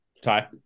Ty